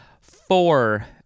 Four